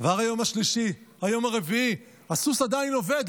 עבר היום השלישי, היום הרביעי, הסוס עדיין עובד.